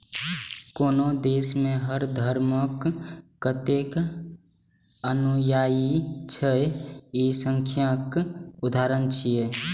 कोनो देश मे हर धर्मक कतेक अनुयायी छै, ई सांख्यिकीक उदाहरण छियै